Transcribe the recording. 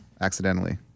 accidentally